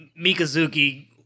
Mikazuki